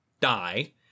die